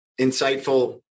insightful